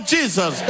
Jesus